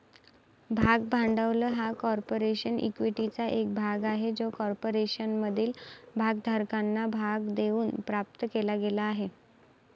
भाग भांडवल हा कॉर्पोरेशन इक्विटीचा एक भाग आहे जो कॉर्पोरेशनमधील भागधारकांना भाग देऊन प्राप्त केला गेला आहे